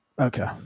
Okay